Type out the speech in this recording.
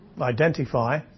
identify